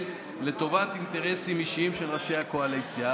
לטובת אינטרסים אישיים של ראשי הקואליציה.